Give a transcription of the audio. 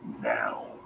now